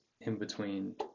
in-between